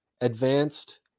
advanced